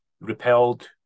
repelled